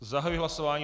Zahajuji hlasování.